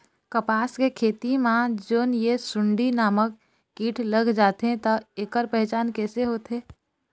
कपास के खेती मा जोन ये सुंडी नामक कीट लग जाथे ता ऐकर पहचान कैसे होथे?